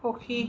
সুখী